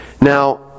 now